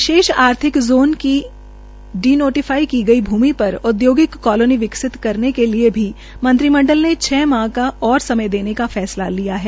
विशेष आर्थिक जोन की denotify की गई भूमि पर औदयोगिक कालोनी विकसित करने के लिये भी मंत्रिमंडल ने छ माह का और समय देने का फैसला किया है